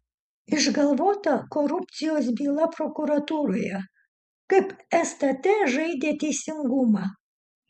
išgalvota korupcijos byla prokuratūroje kaip stt žaidė teisingumą